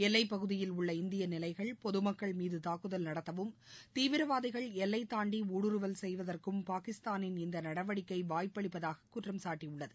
எல்லைப் பகுதியில் உள்ள இந்திய நிலைகள் பொதுமக்கள் மீது தாக்குதல் நடத்தவும் தீவிரவாதிகள் எல்லை தான்டி ஊடுருவல் செய்வதற்கும் பாகிஸ்தானின் இந்த நடவடிக்கை வாய்ப்பளிப்பதாக குற்றம் சாட்டியுள்ளது